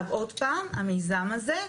המיזם הזה,